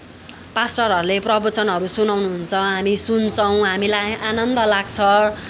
पास्टरहरूले प्रवचनहरू सुनाउनुहुन्छ हामी सुन्छौँ हामीलाई आनन्द लाग्छ